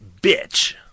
bitch